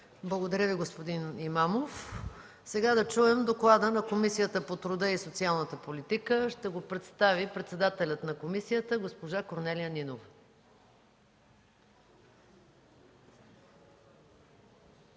Благодаря Ви, господин Имамов. Сега да чуем доклада на Комисията по труда и социалната политика. Ще го представи председателят на комисията – госпожа Корнелия Нинова.